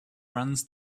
runs